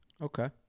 Okay